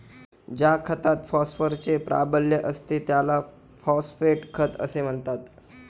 ज्या खतात फॉस्फरसचे प्राबल्य असते त्याला फॉस्फेट खत असे म्हणतात